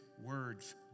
words